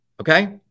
okay